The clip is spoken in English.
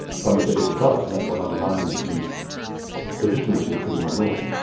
some would say, yes it does, and that's what undermines the legitimacy of criminal law.